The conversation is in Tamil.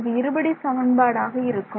இது இருபடி சமன்பாடு ஆக இருக்கும்